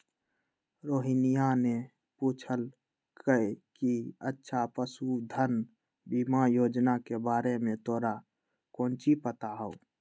रोहिनीया ने पूछल कई कि अच्छा पशुधन बीमा योजना के बारे में तोरा काउची पता हाउ?